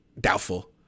doubtful